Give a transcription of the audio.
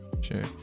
Sure